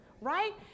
right